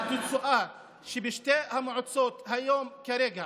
התוצאה היא שבשתי המועצות היום כרגע